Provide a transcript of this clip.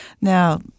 now